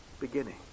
beginning